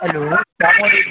hello السّلام علیکم